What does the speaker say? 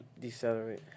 decelerate